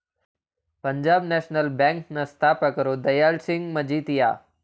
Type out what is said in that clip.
Punjab national bank ನ ಸ್ಥಾಪಕರು ದಯಾಳ್ ಸಿಂಗ್ ಮಜಿತಿಯ